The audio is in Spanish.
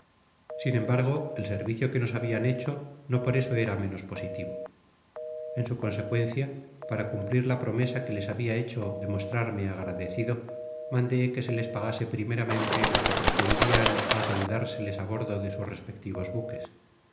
sin embargo el servicio que nos habian hecho no por esd era menos positivo en su consecuencia para cumplir a promesa que les habia hecho de mostrarme agradacido mandé que se les pagase primeramente lo que pretendida adeudárseles á bordo de sus respectivos buques